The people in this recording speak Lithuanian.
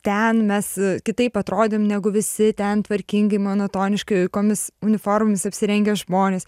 ten mes kitaip atrodėm negu visi ten tvarkingi monotoniškomis uniformomis apsirengę žmonės